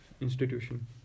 institution